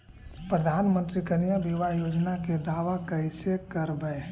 प्रधानमंत्री कन्या बिबाह योजना के दाबा कैसे करबै?